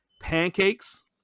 pancakes